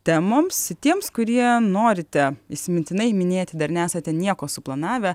temoms tiems kurie norite įsimintinai minėti dar nesate nieko suplanavę